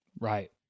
Right